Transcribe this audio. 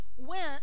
Went